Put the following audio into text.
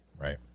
right